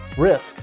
Risk